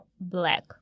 black